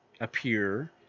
appear